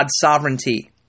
sovereignty